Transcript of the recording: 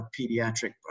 pediatric